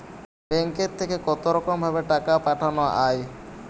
ব্যাঙ্কের থেকে কতরকম ভাবে টাকা পাঠানো য়ায়?